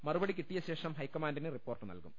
മറുപടി കിട്ടി യശേഷം ഹൈക്കമാന്റിന് റിപ്പോർട്ട് നൽകും